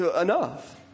enough